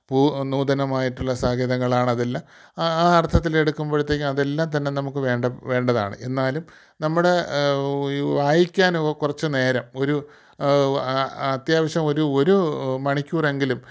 പു നൂതനമായിട്ടുള്ള സാധ്യതകളാണതെല്ലാം ആ ആ അർത്ഥത്തിൽ എടുക്കുമ്പോഴത്തേക്കും അതെല്ലാം തന്നെ നമുക്ക് വേണ്ട വേണ്ടതാണ് എന്നാലും നമ്മുടെ വായിക്കാനോ കുറച്ച് നേരം ഒരു അത്യാവശ്യം ഒരു ഒരു മണിക്കൂറെങ്കിലും